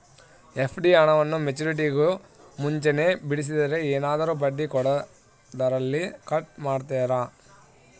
FD ಹಣವನ್ನು ಮೆಚ್ಯೂರಿಟಿಗೂ ಮುಂಚೆನೇ ಬಿಡಿಸಿದರೆ ಏನಾದರೂ ಬಡ್ಡಿ ಕೊಡೋದರಲ್ಲಿ ಕಟ್ ಮಾಡ್ತೇರಾ?